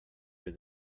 were